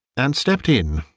and stepped in.